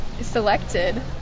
selected